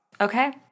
Okay